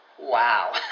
Wow